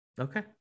Okay